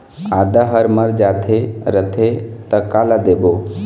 आदा हर मर जाथे रथे त काला देबो?